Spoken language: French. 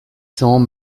cents